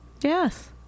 Yes